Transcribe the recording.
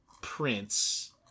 prince